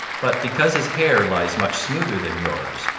but because his hair lies much smoother than yours,